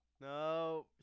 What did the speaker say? No